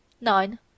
nine